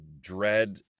Dread